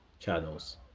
channels